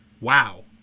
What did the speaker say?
Wow